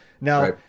Now